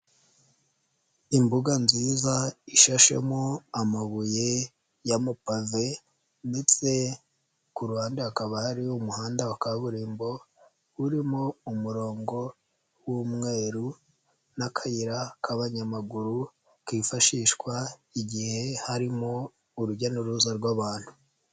Imbuga nziza ishashemo amabuye y'amapave ndetse ku ruhande hakaba hari umuhanda wa kaburimbo urimo umurongo w'umweru n'akayira k'abanyamaguru kifashishwa igihe harimo urujya n'uruza rw'abantu.